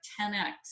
10x